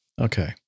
Okay